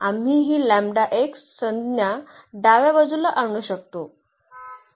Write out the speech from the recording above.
आम्ही ही संज्ञा डाव्या बाजूला आणू शकतो